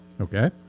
Okay